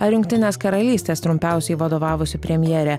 ar jungtinės karalystės trumpiausiai vadovavusi premjerė